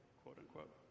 quote-unquote